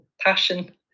passion